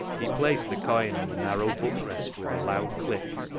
he placed the coin on the narrow book-rest with a loud click,